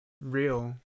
real